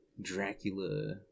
Dracula